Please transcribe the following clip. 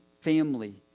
family